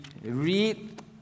read